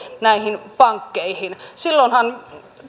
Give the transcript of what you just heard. näihin pankkeihin silloinhan